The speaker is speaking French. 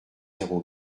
zéro